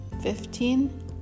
fifteen